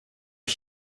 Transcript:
ich